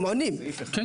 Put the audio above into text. הם עונים.